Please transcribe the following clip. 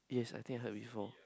yes I think I heard before